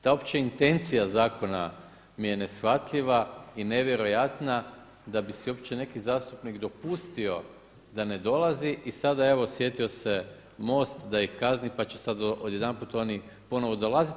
Ta uopće intencija zakona mi je neshvatljiva i nevjerojatna da bi si uopće neki zastupnik dopustio da ne dolazi i sada evo sjetio se MOST da ih kazni pa će sada odjedanput oni ponovno dolaziti.